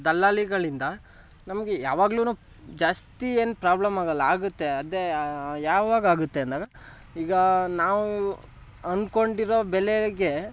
ದಲ್ಲಾಳಿಗಳಿಂದ ನಮಗೆ ಯಾವಾಗ್ಲೂ ಜಾಸ್ತಿ ಏನು ಪ್ರಾಬ್ಲಮ್ ಆಗೋಲ್ಲ ಆಗುತ್ತೆ ಅದೇ ಯಾವಾಗಾಗುತ್ತೆ ಅಂದಾಗ ಈಗ ನಾವು ಅಂದ್ಕೊಂಡಿರೋ ಬೆಲೆಗೆ